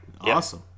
awesome